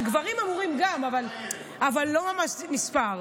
גם גברים אמורים, אבל זה לא ממש נספר.